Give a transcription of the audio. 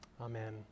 Amen